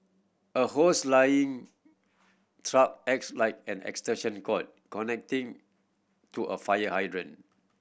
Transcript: a hose laying truck acts like an extension cord connecting to a fire hydrant